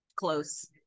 close